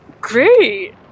Great